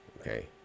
okay